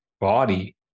body